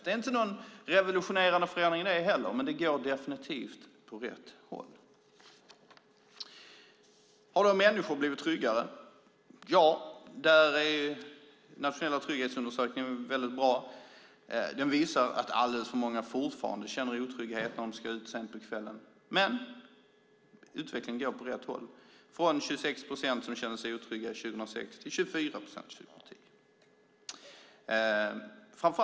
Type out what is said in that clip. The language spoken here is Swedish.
Det är inte någon revolutionerade förändring det heller, men det går definitivt åt rätt håll. Har då människor blivit tryggare? Ja, där är den nationella trygghetsundersökningen väldigt bra. Den visar att alldeles för många fortfarande känner otrygghet när de ska ut sent på kvällen, men utvecklingen går åt rätt håll. Den har gått från 26 procent som kände sig otrygga 2006 till 24 procent 2010.